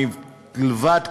מלבד,